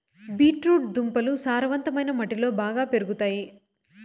beet root దుంపలు సారవంతమైన మట్టిలో బాగా పెరుగుతాయి